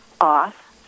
off